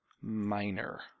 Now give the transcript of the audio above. Minor